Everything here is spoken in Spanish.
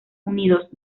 unidos